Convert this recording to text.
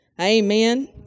Amen